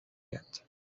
yet